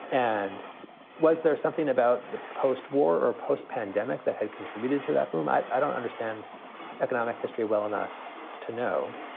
and was there something about the post-war or post pandemic that had contributed to that boom? i i don't understand economic history well enough to know